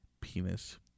penis